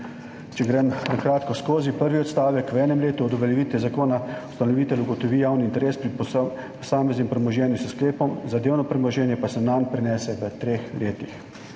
Če grem na kratko skozi. Prvi odstavek: »V enem letu od uveljavitve zakona ustanovitelj ugotovi javni interes pri posameznem premoženju s sklepom, zadevno premoženje pa se nanj prenese v treh letih.«